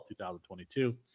2022